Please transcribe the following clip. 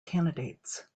candidates